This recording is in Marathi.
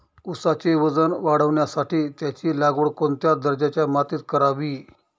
ऊसाचे वजन वाढवण्यासाठी त्याची लागवड कोणत्या दर्जाच्या मातीत करावी?